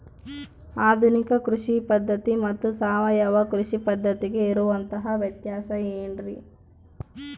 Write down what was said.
ಆಧುನಿಕ ಕೃಷಿ ಪದ್ಧತಿ ಮತ್ತು ಸಾವಯವ ಕೃಷಿ ಪದ್ಧತಿಗೆ ಇರುವಂತಂಹ ವ್ಯತ್ಯಾಸ ಏನ್ರಿ?